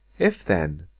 if, then,